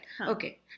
Okay